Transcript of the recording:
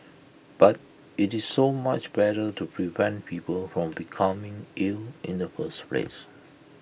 but IT is so much better to prevent people from becoming ill in the first place